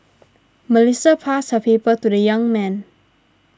Melissa passed her number to the young man